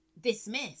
dismiss